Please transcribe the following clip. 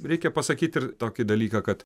reikia pasakyt ir tokį dalyką kad